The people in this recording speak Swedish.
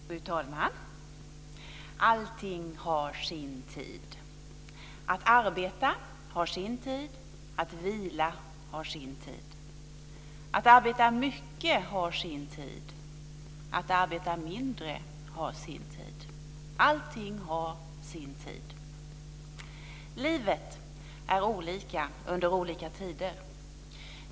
Fru talman! Allting har sin tid. Att arbeta har sin tid, att vila har sin tid. Att arbeta mycket har sin tid, att arbeta mindre har sin tid. Allting har sin tid. Livet är olika under olika tider.